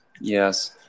Yes